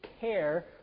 care